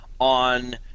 on